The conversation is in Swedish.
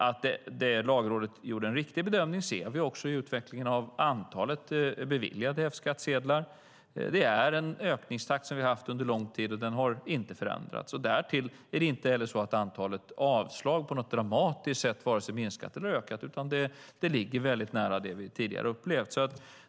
Att Lagrådet gjorde en riktig bedömning ser vi också i utvecklingen av antalet beviljade F-skattsedlar. Det är en ökningstakt som vi har haft under lång tid, och den har inte förändrats. Därtill har inte heller antalet avslag på något dramatiskt sätt vare sig minskat eller ökat, utan det ligger nära det vi tidigare har upplevt.